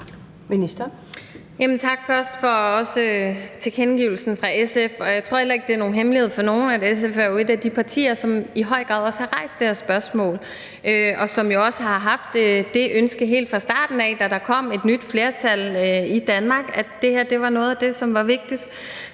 tak for den positive tilkendegivelse fra SF. Jeg tror heller ikke, det er nogen hemmelighed for nogen, at SF jo er et af de partier, som i høj grad har rejst det her spørgsmål, og som jo også har haft det ønske helt fra starten, da der kom et nyt flertal i Danmark, og har sagt, at det her var noget af det, som var vigtigt.